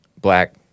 Black